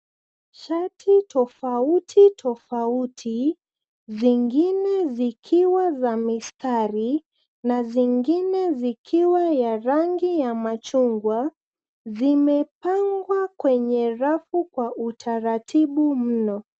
Shati tofauti tofauti zingine zikiwa za mistari na zingine zikiwa ya rangi ya machungwa zimepangwa kwenye rafu kwa utaratibu mno.